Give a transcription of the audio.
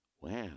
Wow